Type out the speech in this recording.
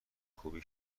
خوبی